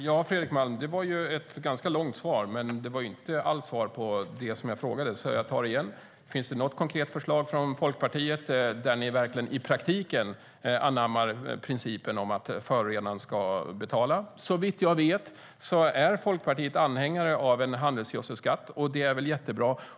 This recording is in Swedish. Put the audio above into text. Herr talman! Det var ett ganska långt svar, Fredrik Malm, men det var inte alls svar på det som jag frågade, så jag tar det igen. Finns det något konkret förslag från Folkpartiet där ni verkligen i praktiken anammar principen om att förorenaren ska betala? Såvitt jag vet är Folkpartiet anhängare av en handelsgödselskatt. Det är väl jättebra.